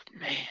man